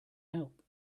help